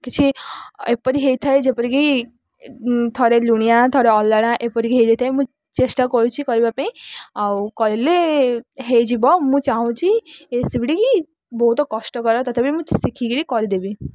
କିଛି ଏପରି ହେଇଥାଏ ଯେପରିକି ଥରେ ଲୁଣିଆ ଥରେ ଅଲଣା ଏପରିକି ହେଇଯାଇଥାଏ ମୁଁ ଚେଷ୍ଟା କରୁଛି କରିବା ପାଇଁ ଆଉ କହିଲେ ହେଇଯିବ ମୁଁ ଚାହୁଁଛି ଏ ରେସିପିଟିକି ବହୁତ କଷ୍ଟକର ତଥାପି ମୁଁ ଶିଖିକିରି କରିଦେବି